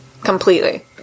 completely